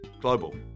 Global